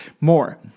more